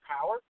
power